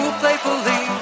playfully